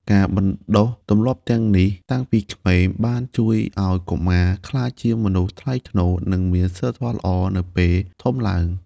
ការបណ្តុះទម្លាប់ទាំងនេះតាំងពីក្មេង បានជួយឱ្យកុមារក្លាយជាមនុស្សថ្លៃថ្នូរ និងមានសីលធម៌ល្អនៅពេលធំឡើង។